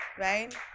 Right